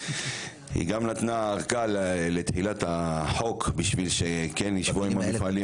הוא גם נתן ארכה לתחילת החוק בשביל שכן ישבו עם המפעלים.